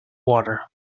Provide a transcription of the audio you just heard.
water